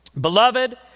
beloved